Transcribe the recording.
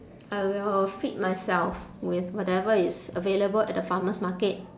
I will feed myself with whatever is available at the farmer's market